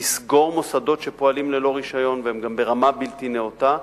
לסגור מוסדות שפועלים ללא רשיון והם גם ברמה בלתי נאותה,